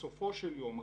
בסופו של יום,